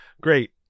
great